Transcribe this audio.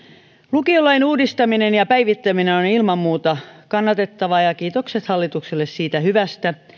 lukiolain uudistaminen ja päivittäminen on ilman muuta kannatettavaa ja ja kiitokset hallitukselle siitä hyvästä